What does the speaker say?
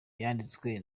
yanditswe